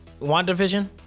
WandaVision